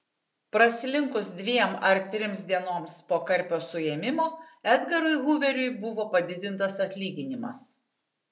praslinkus dviem ar trims dienoms po karpio suėmimo edgarui huveriui buvo padidintas atlyginimas